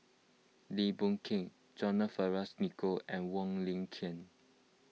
Lim Boon Keng John Fearns Nicoll and Wong Lin Ken